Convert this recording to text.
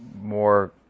more